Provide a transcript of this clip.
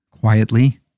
Quietly